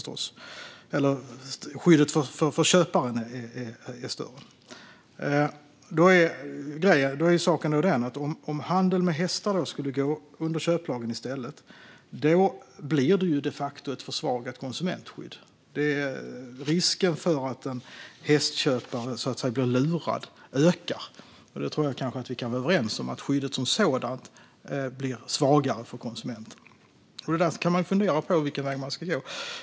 Om handel med hästar i stället omfattades av köplagen skulle konsumentskyddet de facto försvagas. Risken för att en hästköpare blir lurad ökar. Jag tror att vi kanske kan vara överens om att skyddet som sådant blir svagare för konsumenten. Man kan fundera på vilken väg man ska gå.